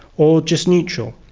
or just neutral.